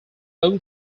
own